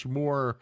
more